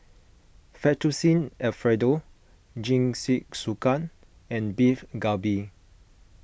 Fettuccine Alfredo Jingisukan and Beef Galbi